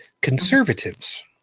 conservatives